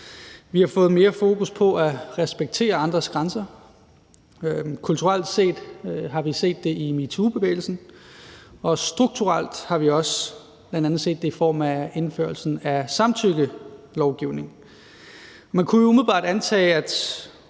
Vi har fået mere fokus på at respektere andres grænser. Kulturelt har vi set det i metoobevægelsen, og strukturelt har vi også bl.a. set det i form af indførelsen af samtykkelovgivningen. Man kunne jo umiddelbart antage, at